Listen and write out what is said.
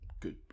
good